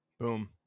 Boom